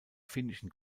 finnischen